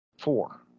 four